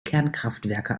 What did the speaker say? kernkraftwerke